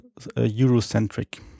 Eurocentric